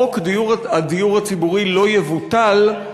חוק הדיור הציבורי לא יבוטל,